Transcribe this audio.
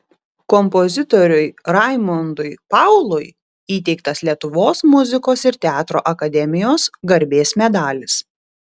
kompozitoriui raimondui paului įteiktas lietuvos muzikos ir teatro akademijos garbės medalis